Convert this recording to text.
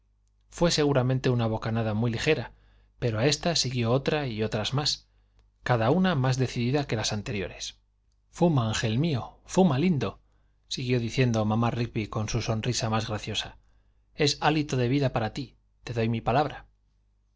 fué seguramente una bocanada muy ligera pero a ésta siguió otra y otras más cada una más decidida que las anteriores fuma ángel mío fuma lindo siguió diciendo mamá rigby con su sonrisa más graciosa es hálito de vida para ti te doy mi palabra